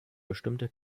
bestimmte